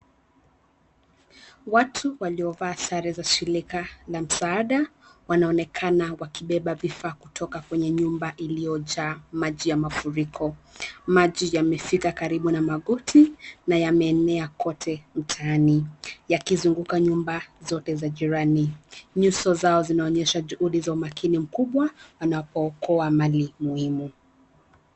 Watu waliovaa sare za shirika ya msaada wanaonekana wakibeba vitu kutoka kwenye nyumba iliyojaa maji ya mafuriko. Maji yamefika karibu na magoti na yameenea kote mtaani, yakizunguka nyumba zote za jirani. Nyuso zao zinaonyesha juhudi za umakini mkubwa wanapookoa mali muhimu.